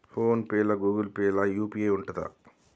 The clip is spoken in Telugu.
ఫోన్ పే లా గూగుల్ పే లా యూ.పీ.ఐ ఉంటదా?